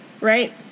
right